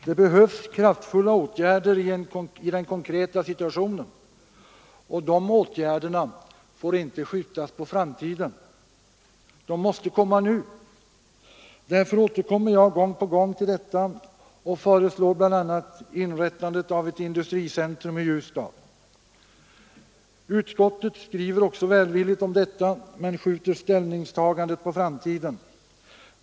Det behövs kraftfulla åtgärder i den konkreta situationen, och de åtgärderna får inte skjutas på framtiden. De måste vidtagas nu. Därför återkommer jag gång på gång till detta och föreslår bland annat inrättandet av ett industricentrum i Ljusdal. Utskottet skriver också välvilligt om det förslaget men skjuter ställningstagandet på framtiden.